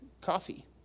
coffee